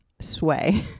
sway